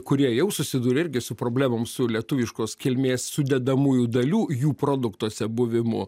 kurie jau susidūrė irgi su problemom su lietuviškos kilmės sudedamųjų dalių jų produktuose buvimu